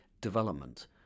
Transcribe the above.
development